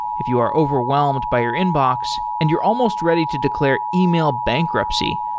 if you are overwhelmed by your inbox and you're almost ready to declare email bankruptcy,